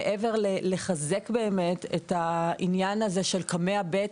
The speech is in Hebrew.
מעבר ללחזק באמת את העניין הזה של קמ"ע ב'.